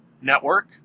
Network